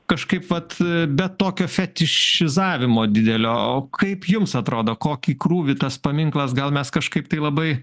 kažkaip vat be tokio fetišizavimo didelio kaip jums atrodo kokį krūvį tas paminklas gal mes kažkaip tai labai